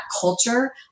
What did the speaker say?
culture